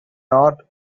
not